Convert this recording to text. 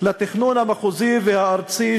על התכנון המחוזי והארצי,